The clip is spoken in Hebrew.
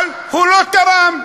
אבל הוא לא תרם.